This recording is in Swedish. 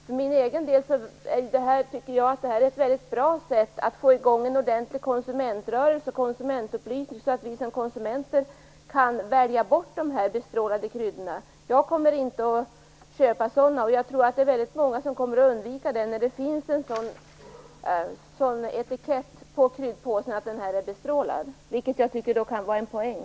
För min egen del tycker jag att detta är ett mycket bra sätt att få i gång en ordentlig konsumentrörelse och konsumentupplysning så att vi som konsumenter kan välja bort de bestrålade kryddorna. Jag kommer inte att köpa sådana. Jag tror att det är väldigt många som kommer att undvika det när det finns en etikett på kryddpåsen som visar att den är bestrålad. Jag tycker att det kan vara en poäng.